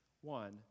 one